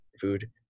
food